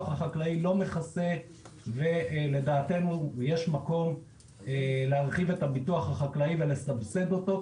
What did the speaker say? החקלאי לא מכסה ולדעתנו יש מקום להרחיב את הביטוח החקלאי ולסבסד אותו,